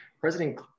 President